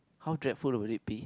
how dreadful would it be